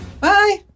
Bye